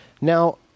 Now